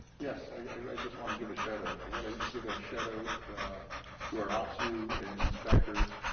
yes, i just want to give a shout out. i gotta give a shout out to our ops who and inspectors.